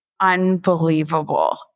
unbelievable